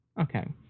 Okay